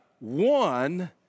one